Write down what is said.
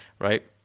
right